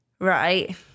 right